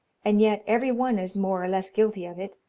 and yet every one is more or less guilty of it.